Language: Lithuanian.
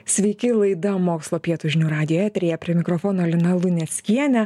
sveiki laida mokslo pietūs žinių radijo eteryje prie mikrofono lina luneckienė